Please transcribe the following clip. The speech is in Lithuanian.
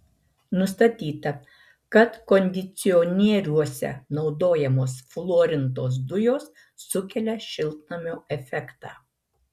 nustatyta kad kondicionieriuose naudojamos fluorintos dujos sukelia šiltnamio efektą